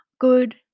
good